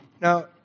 Now